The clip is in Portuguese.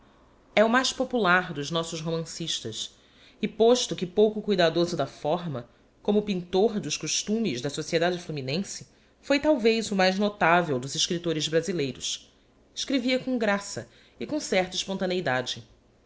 e o mais popular dos nossos romancistas e posto que pouco cuidadoso da forma como pintor dos costumes da sociedade fluminense foi talvez o mais notável dos escriptores brasileiros escrevia com graça e com certa espontaneidade